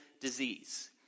disease